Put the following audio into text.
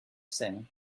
seine